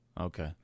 Okay